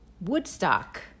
Woodstock